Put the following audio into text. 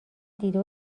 دیده